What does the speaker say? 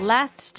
Last